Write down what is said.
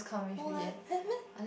no leh had meh